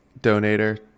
donator